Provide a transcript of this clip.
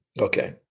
Okay